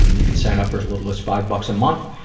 um you can sign up for as little as five bucks a month.